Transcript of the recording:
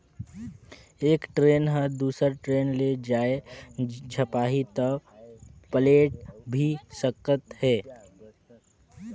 एक टरेन ह दुसर टरेन ले जाये झपाही त पलेट भी सकत हे